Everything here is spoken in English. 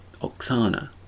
Oksana